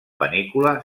panícula